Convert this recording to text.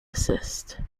assist